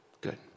Good